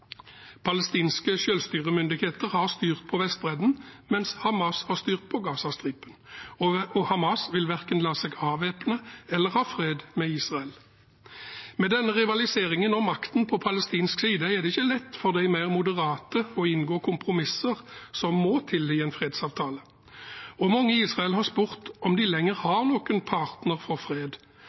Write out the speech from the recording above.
Palestinske selvstyremyndigheter har styrt på Vestbredden, mens Hamas har styrt på Gazastripen, og Hamas vil verken la seg avvæpne eller ha fred med Israel. Med denne rivaliseringen om makten på palestinsk side er det ikke lett for de mer moderate å inngå kompromisser, som må til i en fredsavtale. Og mange i Israel har spurt om de lenger har noen partner for fred,